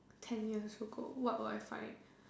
ten years ago what would I find